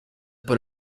por